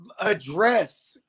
address